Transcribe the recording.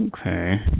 Okay